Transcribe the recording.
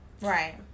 Right